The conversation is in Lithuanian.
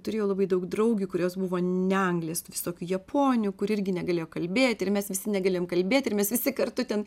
turėjau labai daug draugių kurios buvo ne anglės visokių japonių kur irgi negalėjo kalbėti ir mes visi negalėjom kalbėti ir mes visi kartu ten